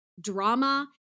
drama